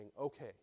okay